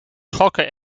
gokken